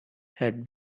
had